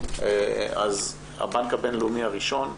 אז הבנק הבינלאומי הראשון,